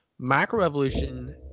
Macroevolution